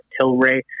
Tilray